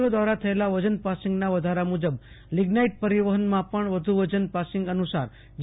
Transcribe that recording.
ઓ દ્રારા થયેલા વજન પાસિંગના વધારા મુજબ લિઝ્આઈટ પરિવહનમાં પણ વધુ વજન પાસિંગ અનુ સાર જી